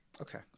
Okay